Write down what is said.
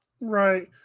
Right